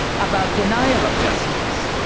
about denial of justice,